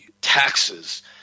taxes